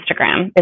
Instagram